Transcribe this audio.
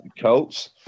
Colts